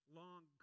long